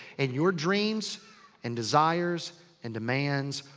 and your dreams and desires and demands.